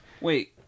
Wait